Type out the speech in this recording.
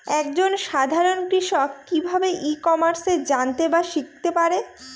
এক জন সাধারন কৃষক কি ভাবে ই কমার্সে জানতে বা শিক্ষতে পারে?